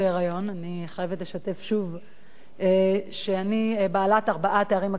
אני חייבת לשתף שוב שאני בעלת ארבעה תארים אקדמיים,